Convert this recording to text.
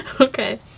Okay